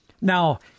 Now